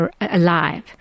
alive